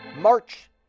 March